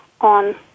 on